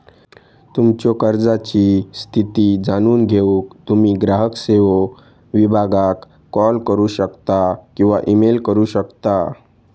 तुमच्यो कर्जाची स्थिती जाणून घेऊक तुम्ही ग्राहक सेवो विभागाक कॉल करू शकता किंवा ईमेल करू शकता